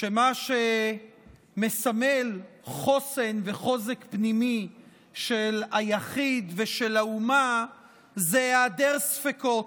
שמה שמסמל חוסן וחוזק פנימי של היחיד ושל האומה זה היעדר ספקות.